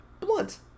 Blunt